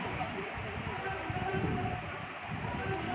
अगर समय रहते खर पातवार के ना काटल जाइ त इ बढ़ जाइ